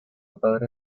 padre